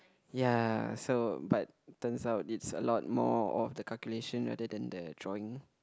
ya so but turns out it's a lot more of the calculation rather than the drawing